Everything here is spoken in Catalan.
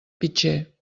pitxer